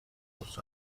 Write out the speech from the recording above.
rufous